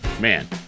man